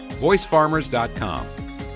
VoiceFarmers.com